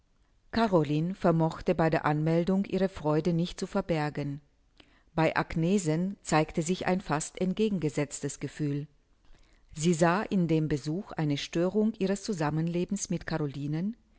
caroline vermochte bei der anmeldung ihre freude nicht zu verbergen bei agnesen zeigte sich ein fast entgegengesetztes gefühl sie sah in dem besuch eine störung ihres zusammenlebens mit carolinen